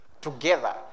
together